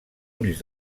ulls